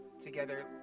together